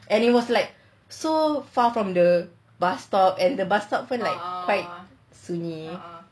and it was like so far from the bus stop and the bus stop pun like quite sunyi